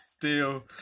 deal